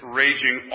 raging